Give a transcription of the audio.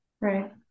Right